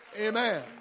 Amen